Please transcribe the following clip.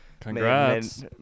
Congrats